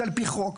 זה על פי חוק.